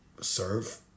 serve